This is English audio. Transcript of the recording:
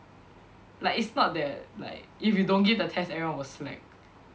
like it's not that like if you don't give the test everyone will slack